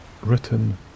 written